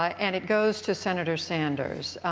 ah and it goes to senator sanders.